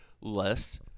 less